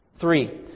Three